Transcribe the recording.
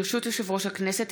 ברשות יושב-ראש הכנסת,